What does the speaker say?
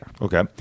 Okay